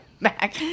back